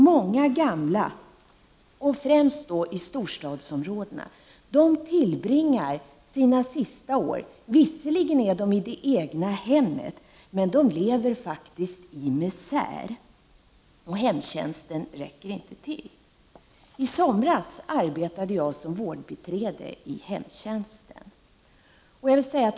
Många gamla, främst de i storstadsområdena, tillbringar sina sista år, visserligen i det egna hemmet, med att leva i misär. Hemtjänsten räcker inte till. I somras arbetade jag som vårdbiträde i hemtjänsten.